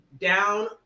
down